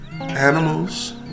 animals